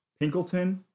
Pinkleton